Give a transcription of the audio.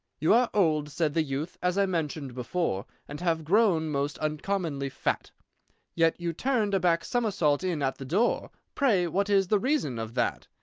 you are old, said the youth, as i mentioned before, and have grown most uncommonly fat yet you turned a back-somersault in at the door pray, what is the reason of that?